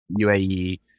UAE